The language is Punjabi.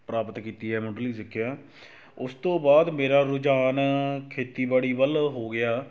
ਪ੍ਰਾਪਤ ਕੀਤੀ ਹੈ ਮੁੱਢਲੀ ਸਿੱਖਿਆ ਉਸ ਤੋਂ ਬਾਅਦ ਮੇਰਾ ਰੁਝਾਨ ਖੇਤੀਬਾੜੀ ਵੱਲ੍ਹ ਹੋ ਗਿਆ